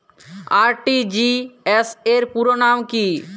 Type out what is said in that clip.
RTGS র পুরো নাম কি?